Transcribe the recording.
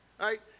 right